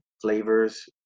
flavors